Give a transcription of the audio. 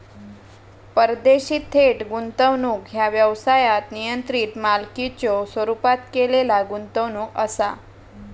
परदेशी थेट गुंतवणूक ह्या व्यवसायात नियंत्रित मालकीच्यो स्वरूपात केलेला गुंतवणूक असा